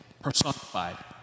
personified